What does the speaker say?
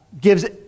gives